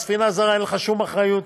בספינה זרה אין לך שום אחריות.